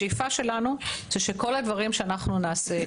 השאיפה שלנו זה שכל הדברים שאנחנו נעשה,